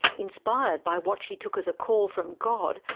inspired by what she took as a call from god,